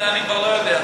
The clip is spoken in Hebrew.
את זה אני כבר לא יודע.